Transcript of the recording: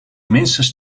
minstens